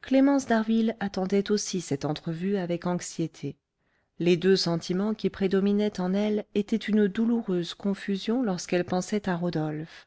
clémence d'harville attendait aussi cette entrevue avec anxiété les deux sentiments qui prédominaient en elle étaient une douloureuse confusion lorsqu'elle pensait à rodolphe